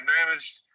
managed